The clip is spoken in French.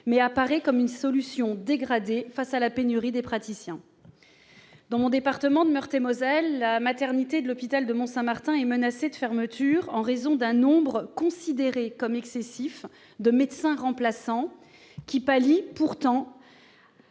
qui apparaît comme une solution dégradée face à la pénurie de praticiens. Dans mon département de Meurthe-et-Moselle, la maternité de l'hôpital de Mont-Saint-Martin est menacée de fermeture en raison d'un nombre considéré comme excessif de médecins remplaçants, qui pallient pourtant